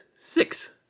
six